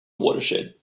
watershed